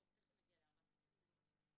אני ממשיכה: